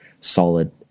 solid